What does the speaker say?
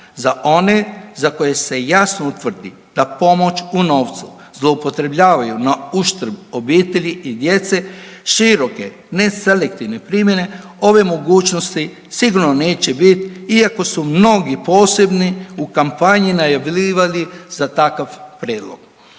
Za one za koje se jasno utvrdi da pomoć u novcu zloupotrebljavaju na uštrb obitelji i djece široke ne selektivne primjene ove mogućnosti sigurno neće bit iako su mnogi posebni u kampanji najavljivali za takav prijedlog.